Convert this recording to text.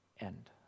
end